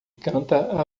canta